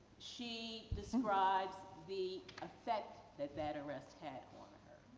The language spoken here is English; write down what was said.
she describes the effect that, that arrest had on her.